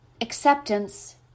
Acceptance